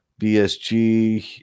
BSG